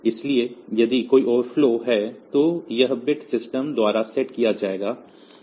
इसलिए यदि कोई ओवरफ्लो है तो यह बिट सिस्टम द्वारा सेट किया जाएगा